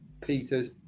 Peter's